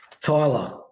tyler